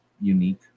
unique